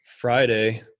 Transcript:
Friday